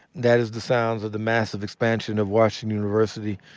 that is the sounds of the massive expansion of washington university,